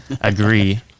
agree